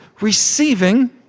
receiving